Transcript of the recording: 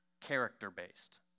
character-based